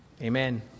Amen